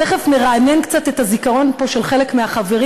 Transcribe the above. תכף נרענן קצת את הזיכרון פה של חלק מהחברים,